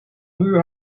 muur